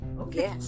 Okay